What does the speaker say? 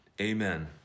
Amen